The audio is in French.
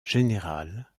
générale